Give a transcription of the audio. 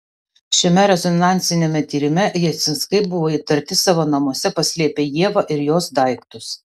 šiame rezonansiniame tyrime jasinskai buvo įtarti savo namuose paslėpę ievą ir jos daiktus